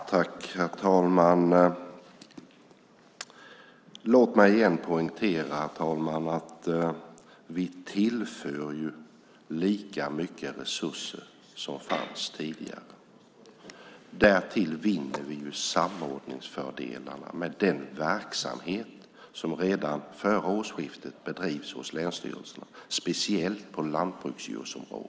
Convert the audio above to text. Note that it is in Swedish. Herr talman! Låt mig igen poängtera att vi tillför lika mycket resurser som fanns tidigare. Därtill vinner vi samordningsfördelar med den verksamhet som redan före årsskiftet bedrivs hos länsstyrelserna, speciellt på lantbruksdjursområdet.